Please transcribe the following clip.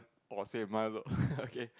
or say is my look okay